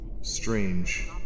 strange